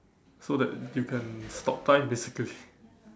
so that you can stop time basically